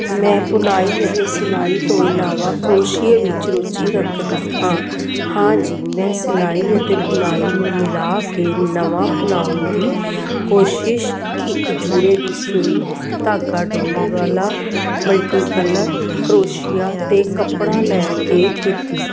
ਮੈਂ ਬੁਣਾਈ ਅਤੇ ਸਿਲਾਈ ਤੋਂ ਇਲਾਵਾ ਕਰੋਸ਼ੀਏ ਵਿੱਚ ਰੁਚੀ ਰੱਖਦੀ ਹਾਂ ਹਾਂ ਜੀ ਮੈਂ ਸਿਲਾਈ ਅਤੇ ਬੁਣਾਈ ਨੂੰ ਮਿਲਾ ਕੇ ਨਵਾਂ ਬਣਾਉਣ ਦੀ ਕੋਸ਼ਿਸ਼ ਇੱਕ ਜੂੜੇ ਦੀ ਸੂਈ ਧਾਗਾ ਡੋਰੀ ਵਾਲਾ ਮਲਟੀ ਕਲਰ ਕ੍ਰੋਸ਼ੀਆ ਅਤੇ ਕੱਪੜਾ ਲੈ ਕੇ ਕੀਤੀ